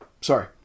Sorry